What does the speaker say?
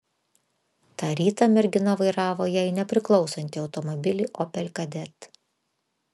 tą rytą mergina vairavo jai nepriklausantį automobilį opel kadett